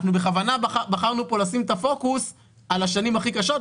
אנחנו בכוונה בחרנו לשים פה את הפוקוס על השנים הכי קשות,